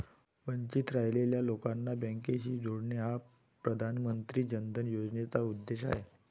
वंचित राहिलेल्या लोकांना बँकिंगशी जोडणे हा प्रधानमंत्री जन धन योजनेचा उद्देश आहे